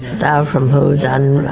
thou, from whose,